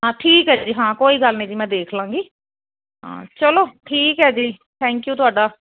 ਠੀਕ ਹੈ ਜੀ ਹਾਂ ਕੋਈ ਗੱਲ ਨਹੀਂ ਜੀ ਮੈਂ ਦੇਖ ਲਾਂਗੀ ਹਾਂ ਚਲੋ ਠੀਕ ਹੈ ਜੀ ਥੈਂਕਯੂ ਤੁਹਾਡਾ